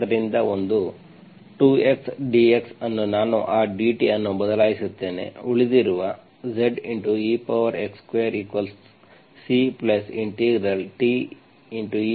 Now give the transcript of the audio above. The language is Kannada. ಆದ್ದರಿಂದ ಒಂದು 2x dx ನಾನು ಆ dt ಅನ್ನು ಬದಲಿಸುತ್ತೇನೆ ಉಳಿದಿರುವ Zex2C t etdt